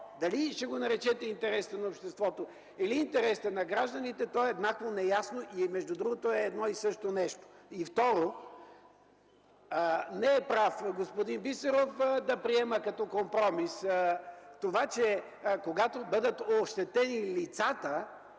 Дали ще го наречете „интересите на обществото”, или „интересите на гражданите”, то е еднакво неясно и между другото е едно и също нещо. Второ, не е прав господин Бисеров да приема като компромис това, че когато бъдат ощетени лицата